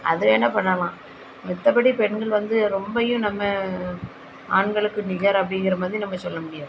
அது வேணால் பண்ணலாம் மத்தபடி பெண்கள் வந்து ரொம்பவும் நம்ம ஆண்களுக்கு நிகர் அப்படிங்கிற மாதிரி நம்ம சொல்ல முடியாது